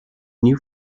new